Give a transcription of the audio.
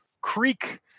creek